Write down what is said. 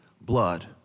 blood